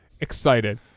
excited